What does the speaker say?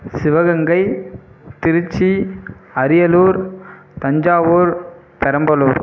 Sivaganga Tiruchi Ariyalur Thanjavur Perambalur